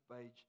page